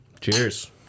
Cheers